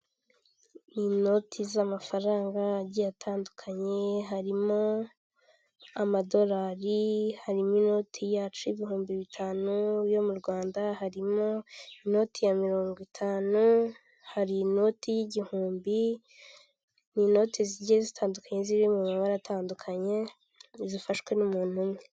Ni inoti z'amafaranga agiye atandukanye, harimo amadolari, harimo inoti yacu y'ibihumbi bitanu yo mu Rwanda, harimo inoti ya mirongo itanu, hari inoti y'igihumbi, hari inoti zigiye zitandukanye ziri mu mabara atandukanye zifashwe n'umuntu umwe.